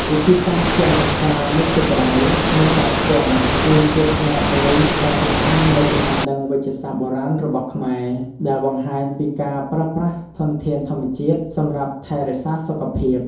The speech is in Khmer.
វិធីសាស្ត្រទាំងការមុជទឹកក្តៅ និងការឆ្ពង់ គឺជាផ្នែកមួយដ៏សំខាន់នៃចំណេះដឹងវេជ្ជសាស្ត្របុរាណរបស់ខ្មែរ ដែលបង្ហាញពីការប្រើប្រាស់ធនធានធម្មជាតិសម្រាប់ថែរក្សាសុខភាព។